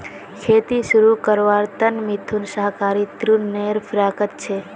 खेती शुरू करवार त न मिथुन सहकारी ऋनेर फिराकत छ